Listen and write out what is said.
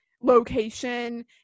location